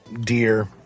deer